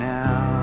now